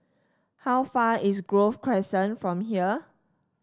how far is Grove Crescent from here